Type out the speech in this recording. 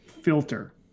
filter